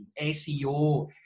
SEO